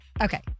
Okay